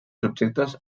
subjectes